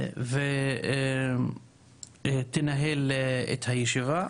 והיא תנהל את הישיבה.